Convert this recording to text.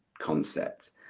concept